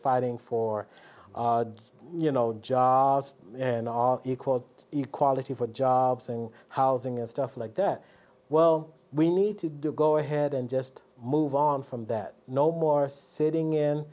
fighting for you know jobs equal equality for jobs and housing and stuff like that well we need to do go ahead and just move on from that no more sitting in